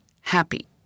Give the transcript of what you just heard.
happy